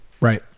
Right